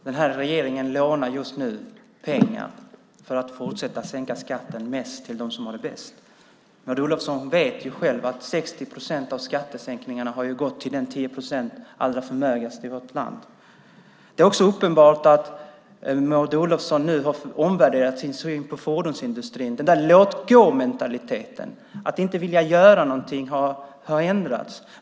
Herr talman! Den här regeringen lånar just nu pengar för att fortsätta att sänka skatten mest för dem som har det bäst. Maud Olofsson vet själv att 60 procent av skattesänkningarna har gått till de 10 procent som är allra förmögnast i vårt land. Det är också uppenbart att Maud Olofsson nu har omvärderat sin syn på fordonsindustrin. Den där låt-gå-mentaliteten, att inte vilja göra någonting, har ändrats.